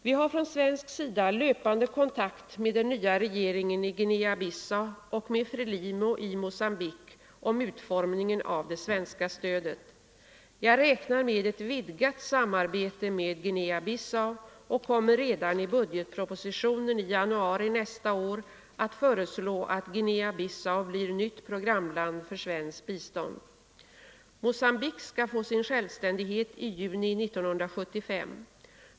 Vi har från svensk sida löpande kontakt med den nya regeringen i det svenska stödet. Jag räknar med ett vidgat samarbete med Guinea Fredagen den Bissau och kommer redan i budgetpropositionen i januari nästa år att 22 november 1974 föreslå att Guinea-Bissau blir nytt programland för svenskt bistånd. Sprit, Mogambique skall få sin självständighet i juni 1975.